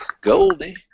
Goldie